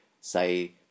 say